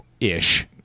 ish